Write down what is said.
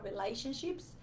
relationships